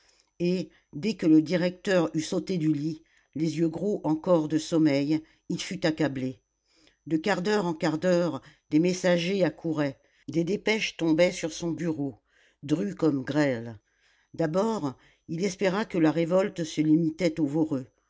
et dès que le directeur eut sauté du lit les yeux gros encore de sommeil il fut accablé de quart d'heure en quart d'heure des messagers accouraient des dépêches tombaient sur son bureau dru comme grêle d'abord il espéra que la révolte se limitait au voreux